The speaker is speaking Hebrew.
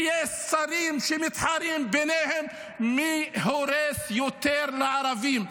יש שרים שמתחרם ביניהם מי הורס יותר לערבים.